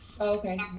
Okay